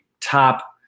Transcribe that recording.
top